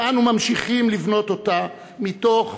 ואנו ממשיכים לבנות אותה מתוך